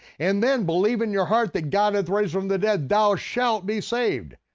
and then believe in your heart that god hath raised from the dead, thou shalt be saved.